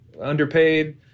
underpaid